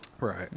Right